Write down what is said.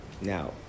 Now